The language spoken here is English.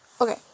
Okay